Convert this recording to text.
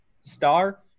Star